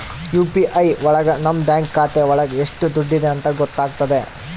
UPI ಒಳಗ ನಮ್ bank ಖಾತೆ ಒಳಗ ಎಷ್ಟ್ ದುಡ್ಡಿದೆ ಅಂತ ಗೊತ್ತಾಗ್ತದೆ